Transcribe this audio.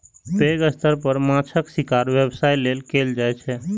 पैघ स्तर पर माछक शिकार व्यवसाय लेल कैल जाइ छै